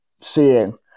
seeing